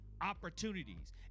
opportunities